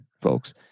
folks